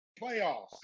playoffs